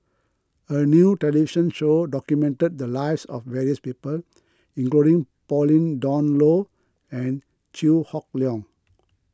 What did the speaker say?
a new television show documented the lives of various people including Pauline Dawn Loh and Chew Hock Leong